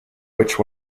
which